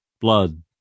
blood